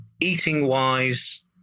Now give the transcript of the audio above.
Eating-wise